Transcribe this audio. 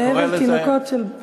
אלה תינוקות של בית רבן.